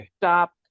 stop